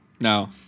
No